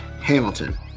Hamilton